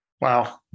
Wow